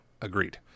Agreed